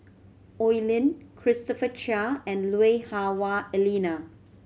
Oi Lin Christopher Chia and Lui Hah Wah Elena